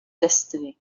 destiny